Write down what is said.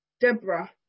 Deborah